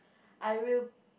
I will